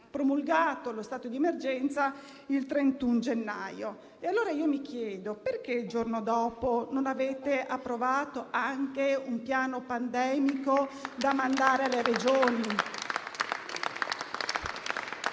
promulgato lo stato d'emergenza il 31 gennaio e allora io mi chiedo perché il giorno dopo non avete approvato anche un piano pandemico da mandare alle Regioni?